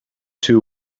two